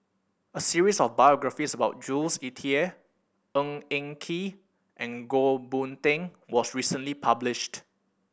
a series of biographies about Jules Itier Ng Eng Kee and Goh Boon Teck was recently published